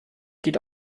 geht